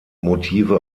motive